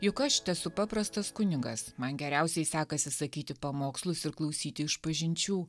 juk aš tesu paprastas kunigas man geriausiai sekasi sakyti pamokslus ir klausyti išpažinčių